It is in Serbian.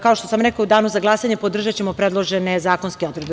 Kao što sam i rekla, u danu za glasanje podržaćemo predložene zakonske odredbe.